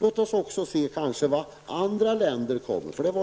Låt oss också se till vad andra länder kommer fram till. Även